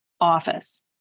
office